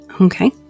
Okay